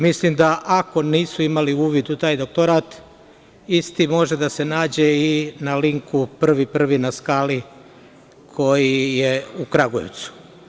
Mislim da ako nisu imali uvid u taj doktorat, isti može da se nađe i na linku prviprvinaskali.com, koji je u Kragujevcu.